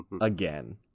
Again